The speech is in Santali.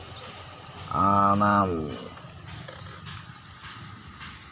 ᱟᱨ ᱚᱱᱟ